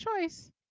choice